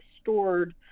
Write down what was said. stored